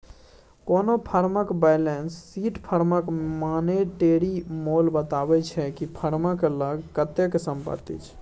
कोनो फर्मक balance sheet फर्मक मानेटिरी मोल बताबै छै कि फर्मक लग कतेक संपत्ति छै